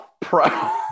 pro